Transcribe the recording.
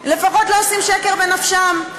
לפחות לא עושים שקר בנפשם.